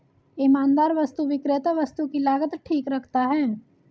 ईमानदार वस्तु विक्रेता वस्तु की लागत ठीक रखता है